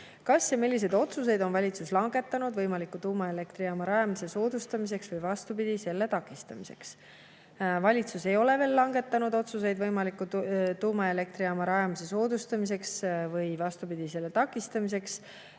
"Kas ja milliseid otsuseid on valitsus langetanud võimaliku tuumaelektrijaama rajamise soodustamiseks või vastupidi selle takistamiseks?" Valitsus ei ole veel langetanud otsuseid võimaliku tuumaelektrijaama rajamise soodustamiseks või, vastupidi, selle takistamiseks.